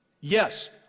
Yes